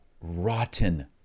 rotten